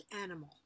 animal